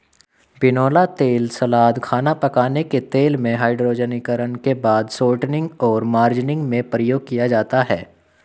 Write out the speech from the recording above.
बिनौला तेल सलाद, खाना पकाने के तेल में, हाइड्रोजनीकरण के बाद शॉर्टनिंग और मार्जरीन में प्रयोग किया जाता है